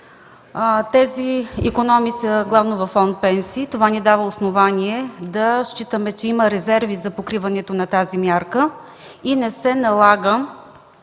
Тези икономии са главно във фонд „Пенсии”. Това ни дава основание да считаме, че има резерви за покриването на тази мярка и не се налага